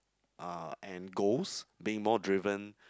uh and goals being more driven